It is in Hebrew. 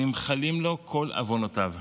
נמחלים לו כל עוונותיו.